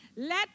Let